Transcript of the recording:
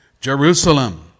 Jerusalem